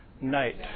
Night